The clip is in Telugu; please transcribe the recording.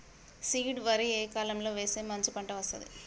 సీడ్ వరి ఏ కాలం లో వేస్తే మంచి పంట వస్తది?